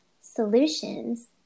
solutions